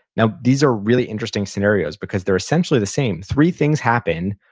now, these are really interesting scenarios because they're essentially the same. three things happen,